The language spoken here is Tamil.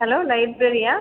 ஹலோ லைப்ரரியா